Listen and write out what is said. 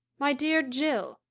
my dear jill,